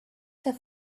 have